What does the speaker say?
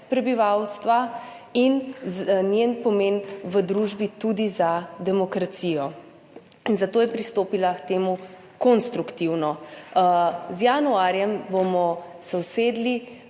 prebivalstva in njenega pomena v družbi tudi za demokracijo. Zato je pristopila k temu konstruktivno. Z januarjem se bomo usedli